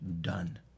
done